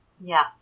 Yes